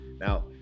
Now